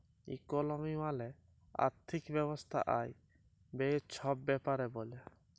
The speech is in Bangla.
ইকলমি মালে আথ্থিক ব্যবস্থা আয়, ব্যায়ে ছব ব্যাপারে ব্যলে